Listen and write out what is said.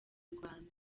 rwanda